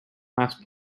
last